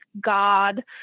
God